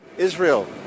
Israel